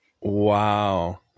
Wow